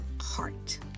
heart